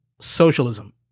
socialism